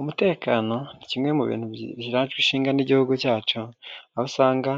Umutekano ni kimwe mu bintu zijwe ishinga n'igihugu cyacu. Aho usanga